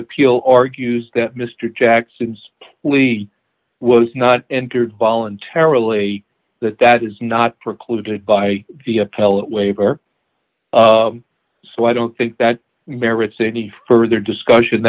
appeal argues that mr jackson's plea was not entered voluntarily that that is not precluded by the appellate waiver so i don't think that merits any further discussion